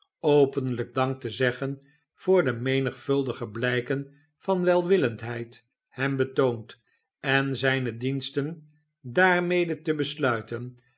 openlijk dank te zeggen voor de menigvuldige blijken van welwillendheid hem betoond en zijne diensten daarmede te besluiten